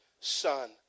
son